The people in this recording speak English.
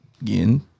Again